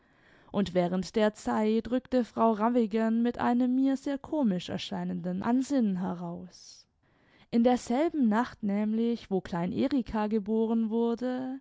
und während der zeit rückte frau raxnmigen mit einem mir sehr komisch erscheinenden ansinnen heraus in derselben nacht nämlich wo klein erika geboren wurde